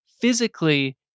physically